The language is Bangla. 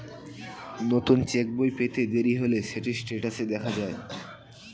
নতুন চেক্ বই পেতে দেরি হলে সেটি স্টেটাসে দেখা যায়